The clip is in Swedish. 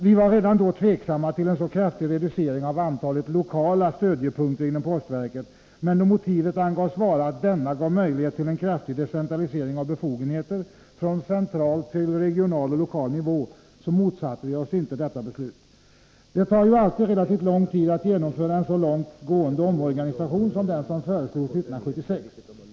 Vi var redan då tveksamma till en så kraftig reducering av antalet lokala ”stödjepunkter” inom postverket, men då motivet angavs vara att denna gav möjlighet till en kraftig decentralisering av befogenheter från central och regional till lokal nivå motsatte vi oss inte det beslutet. Det tar ju alltid relativt lång tid att genomföra en så långtgående omorganisation som den som föreslogs 1976.